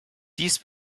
dies